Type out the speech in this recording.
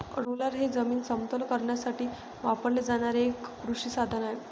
roller हे जमीन समतल करण्यासाठी वापरले जाणारे एक कृषी साधन आहे